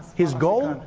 his goal,